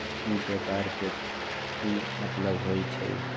ई व्यापार के की मतलब होई छई?